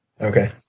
Okay